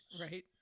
Right